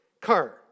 car